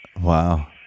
Wow